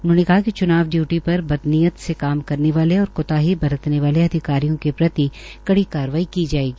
उन्होंने कहा कि च्नाव डयूटी पर बद नीयत से काम करने वाले और कोताही बरतने वाले अधिकारियों के प्रति कड़ी कारवाही की जायेगी